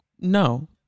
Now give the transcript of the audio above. no